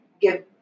give